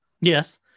Yes